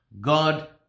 God